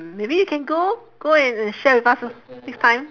mm maybe you can go go and share with us ah next time